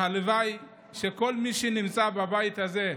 והלוואי שכל מי שנמצא בבית הזה,